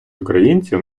українців